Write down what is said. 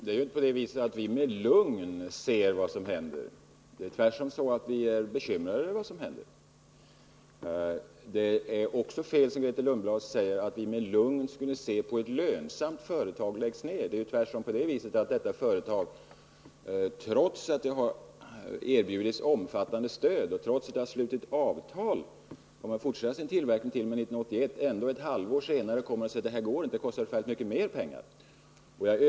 Herr talman! Det är inte så att vi med lugn ser på vad som händer. Tvärtom är vi bekymrade över vad som händer. Det är också fel som Grethe Lundblad säger att vi med lugn skulle åse hur ett lönsamt företag läggs ned. Det är ju tvärtom så att detta företag, trots att det erbjudits omfattande stöd och trots att det slutit avtal om att fortsätta sin tillverkning t.o.m. 1981, ett halvår senare deklarerar att det inte går, att det kostar ändå mycket mer pengar.